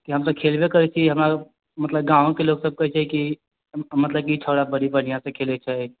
कि हम तऽ खेलबे करै छियै हमरा मतलब गाँव के लोग सब कहै छै कि मतलब कि छौड़ा बड़ी बढ़िऑं से खेलै छै